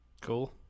Cool